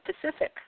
Pacific